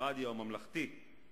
הרדיו הממלכתי,